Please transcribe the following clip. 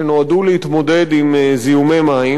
שנועדו להתמודד עם זיהומי מים,